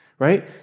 right